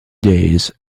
days